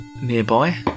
nearby